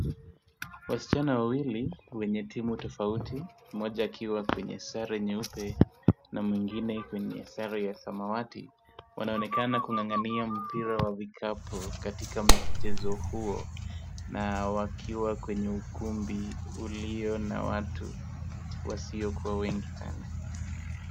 Wasichana wawili wenye timu tofauti, mmoja akiwa kwenye sare nyeupe na mwingine kwenye share ya samawati. Wanaonekana kung'ang'ania mpira wa vikapu katika mchezo huo na wakiwa kwenye ukumbi ulio na watu wasiokua wengi sana.